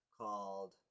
called